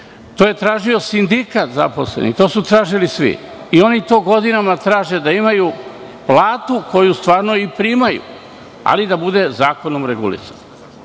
To je tražio sindikat zaposlenih, to su tražili svi. I oni to godinama traže, da imaju platu koju stvarno i primaju, ali da bude zakonom regulisana.